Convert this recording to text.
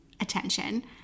attention